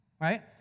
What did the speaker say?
right